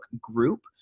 group